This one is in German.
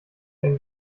ein